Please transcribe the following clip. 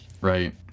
right